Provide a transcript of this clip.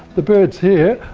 the birds here,